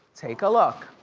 take a look.